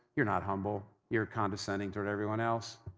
you're not humble, you're condescending toward everyone else.